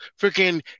freaking